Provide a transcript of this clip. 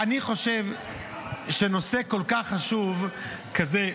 אני חושב שנושא כל כך חשוב כזה,